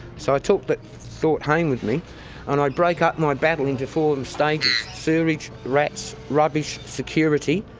so i took that thought home with me and i broke up my battle into four stages sewerage, rats, rubbish, security